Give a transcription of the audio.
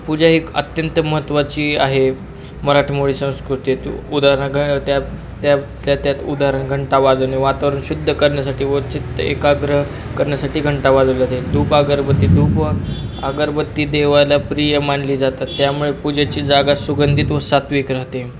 पूजा एकी अत्यंत महत्त्वाची आहे मराठमोळी संस्कृतीत उदाहरण घ त्या त्या त्या त्यात उदाहरण घंटा वाजवणे वातावरण शुद्ध करण्यासाठी व चित्त एकाग्र करण्यासाठी घंटा वाजवून जाते धूप आगरबती धूप अगरबत्ती देवाला प्रिय मानली जातात त्यामुळे पूजेची जागा सुगंधित व सात्त्विक राहते